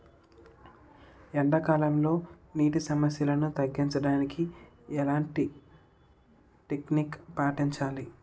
ఎండా కాలంలో, నీటి సమస్యలను తగ్గించడానికి ఎలాంటి టెక్నిక్ పాటించాలి?